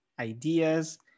ideas